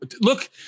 Look